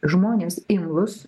žmonės imlūs